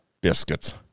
biscuits